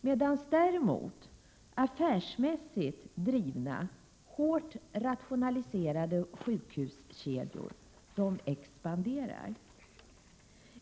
Däremot expanderar affärsmässigt drivna, hårt rationaliserade sjukhuskedjor.